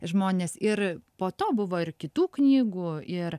žmonės ir po to buvo ir kitų knygų ir